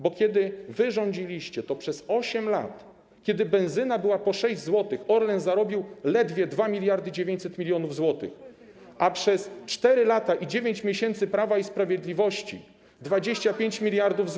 Bo kiedy wy rządziliście, to przez 8 lat, kiedy benzyna była po 6 zł, Orlen zarobił ledwie 2900 mln zł, a przez 4 lata i 9 miesięcy Prawa i Sprawiedliwości - 25 mld zł.